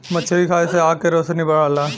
मछरी खाये से आँख के रोशनी बढ़ला